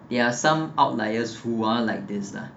there are some outliers who are like this lah